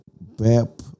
BAP